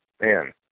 man